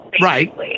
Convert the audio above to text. Right